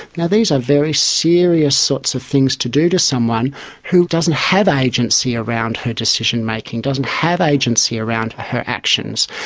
now, these are very serious sorts of things to do to someone who doesn't have agency around her decision-making, doesn't have agency around her actions.